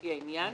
לפי העניין